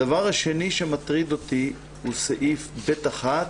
הדבר השני שמטריד אותי הוא סעיף (ב)(1),